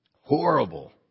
Horrible